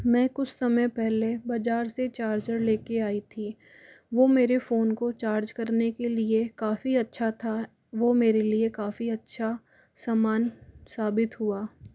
मैं कुछ समय पहले बाज़ार से चार्जर लेके आई थी वो मेरे फोन को चार्ज करने के लिए काफ़ी अच्छा था वह मेरे लिए काफ़ी अच्छा समान साबित हुआ